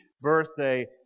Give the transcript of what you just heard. Birthday